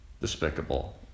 despicable